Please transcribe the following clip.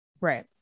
Right